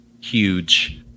huge